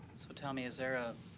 so tell me, is there a